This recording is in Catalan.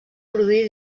produir